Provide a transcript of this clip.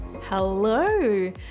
Hello